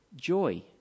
joy